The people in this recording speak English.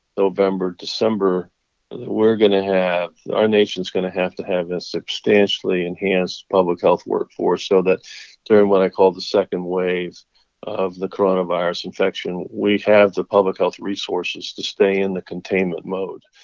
november, december we're going to have our nation's going to have to have a substantially enhanced public health workforce so that during what i call the second wave of the coronavirus infection, we have the public health resources to stay in the containment mode.